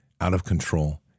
out-of-control